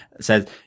says